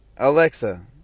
Alexa